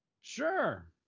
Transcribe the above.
sure